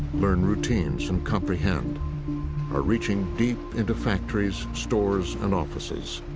learn routines, and comprehend are reaching deep into factories, stores, and offices.